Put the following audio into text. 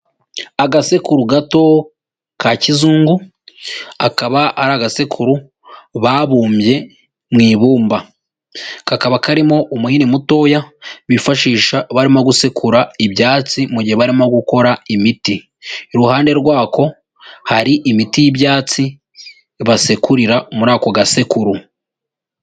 Agasekuru gato ka kizungu kakaba ari agasekuru babumbye mu ibumba kakaba karimo umuhini mutoya bifashisha barimo gusekura ibyatsi mu gihe barimo gukora imiti iruhande rwako hari imiti y'ibyatsi basekurira muri ako gasekuru.